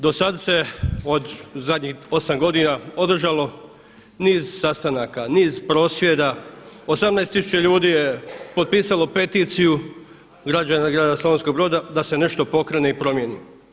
Do sada se od zadnjih osam godina održalo niz sastanaka, niz prosvjeda, 18 tisuća ljudi je potpisalo peticiju građana grada Slavonskog Broda da se nešto pokrene i promijeni.